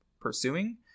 pursuing